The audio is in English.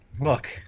look –